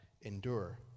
endure